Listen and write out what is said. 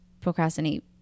procrastinate